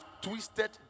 twisted